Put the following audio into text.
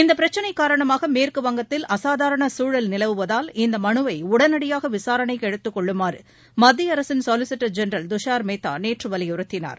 இந்தப் பிரச்சினை காரணமாக மேற்குவங்கத்தில் அசாதாரண சூழல் நிலவுவதால் இம்மனுவை உடனடியாக விசாரணைக்கு எடுத்துக் கொள்ளுமாறு மத்திய அரசின் சொலிசிட்டர் ஜென்ரல் துஷார் மேத்தா நேற்று வலியுறுத்தினார்